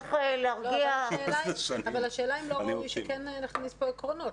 אבל השאלה היא אם לא ראוי שכן נכניס פה עקרונות,